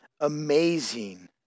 amazing